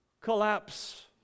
collapse